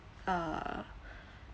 uh